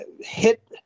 hit